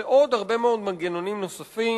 ועוד הרבה מאוד מנגנונים נוספים.